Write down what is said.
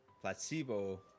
placebo